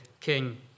king